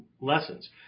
lessons